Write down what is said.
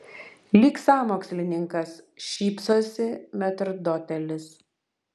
lyg sąmokslininkas šypsosi metrdotelis